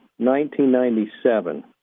1997